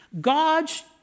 God's